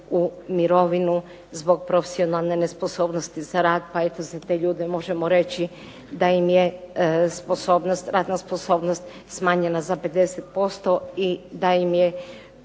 u mirovinu zbog profesionalne nesposobnosti za rad, pa eto za te ljude možemo reći da im je sposobnost, radna sposobnost smanjena za 50% i da im je